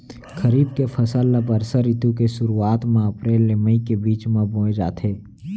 खरीफ के फसल ला बरसा रितु के सुरुवात मा अप्रेल ले मई के बीच मा बोए जाथे